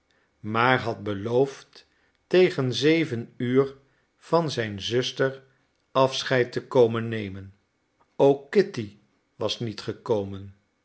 maar had beloofd tegen zeven uur van zijn zuster afscheid te komen nemen ook kitty was niet gekomen